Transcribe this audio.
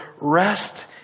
rest